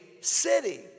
city